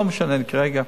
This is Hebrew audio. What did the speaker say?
לא משנה לי כרגע.